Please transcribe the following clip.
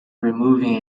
removing